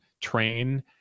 train